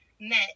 met